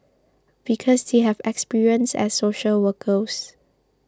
because they have experience as social workers